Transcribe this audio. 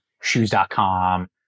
shoes.com